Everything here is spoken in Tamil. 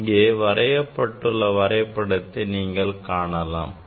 இங்கே வரையப்பட்டுள்ள வரைபடத்தை நீங்கள் காணலாம்